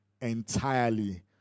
entirely